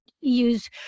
use